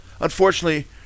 unfortunately